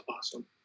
awesome